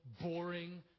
boring